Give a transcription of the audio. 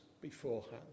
beforehand